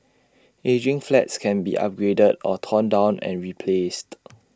ageing flats can be upgraded or torn down and replaced